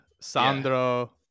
Sandro